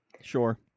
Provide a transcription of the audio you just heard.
Sure